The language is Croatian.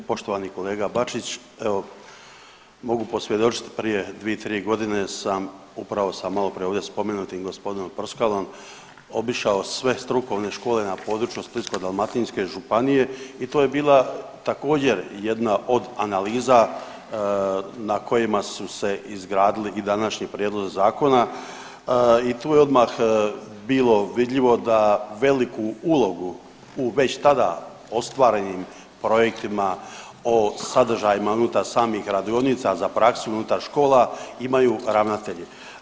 Poštovani kolega Bačić, evo mogu posvjedočiti prije 2-3 godine sam upravo sa malo prije ovdje spomenutim gospodinom Prskalom obišao sve strukovne škole na području Splitsko-dalmatinske županije i to je bila također jedna od analiza na kojima su se izgradili i današnji prijedlozi zakona i tu je odmah bilo vidljivo da veliku ulogu u već tada ostvarenim projektima o sadržajima unutar samih radionica za praksu i unutar škola imaju ravnatelji.